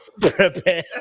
Prepare